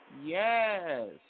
Yes